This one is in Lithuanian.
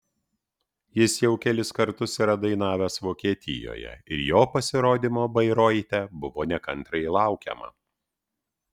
jis jau kelis kartus yra dainavęs vokietijoje ir jo pasirodymo bairoite buvo nekantriai laukiama